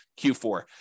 Q4